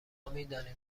میدانیم